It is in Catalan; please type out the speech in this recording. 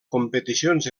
competicions